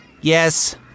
Yes